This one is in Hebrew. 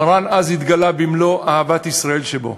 מרן אז התגלה במלוא אהבת ישראל שבו,